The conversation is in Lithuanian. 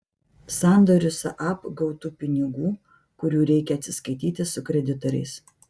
sandoriu saab gautų pinigų kurių reikia atsiskaityti su kreditoriais